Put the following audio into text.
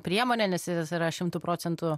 priemonė nes jis yra šimtu procentų